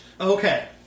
Okay